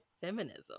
feminism